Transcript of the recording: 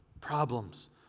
Problems